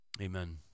amen